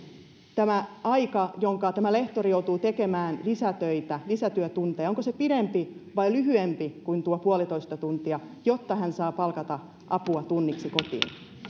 tämä aika jonka tämä lehtori joutuu tekemään lisätöitä lisätyötunteja pidempi vai lyhyempi kuin tuo puolitoista tuntia jotta hän saa palkata apua tunniksi kotiin